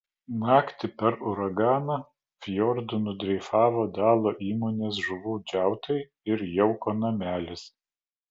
naktį per uraganą fjordu nudreifavo dalo įmonės žuvų džiautai ir jauko namelis